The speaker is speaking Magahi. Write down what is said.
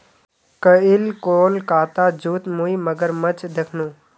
कईल कोलकातार जूत मुई मगरमच्छ दखनू